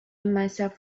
myself